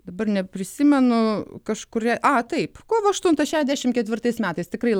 dabar neprisimenu kažkurią taip kovo aštunta šešiasdešim ketvirtais metais tikrai